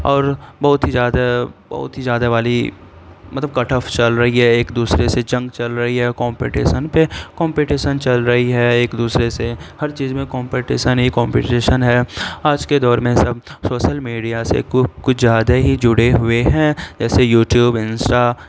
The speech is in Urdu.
اور بہت ہی زیادہ بہت ہی زیادہ والی مطلب کٹ آف چل رہی ہے ایک دوسرے سے جنگ چل رہی ہے کومپٹیسن پہ کومپٹیسن چل رہی ہے ایک دوسرے سے ہر چیز میں کومپٹیسن ہی کومپٹیشن ہے آج کے دور میں سب سوسل میڈیا سے کچھ زیادہ ہی جڑے ہوئے ہیں جیسے یو ٹیوب انسٹا